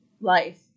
life